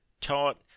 taught